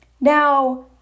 Now